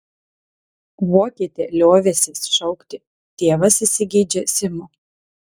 vokietę liovęsis šaukti tėvas įsigeidžia simo